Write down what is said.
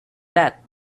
that